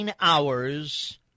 hours